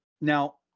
Now